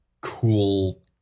cool